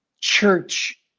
church